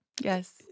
Yes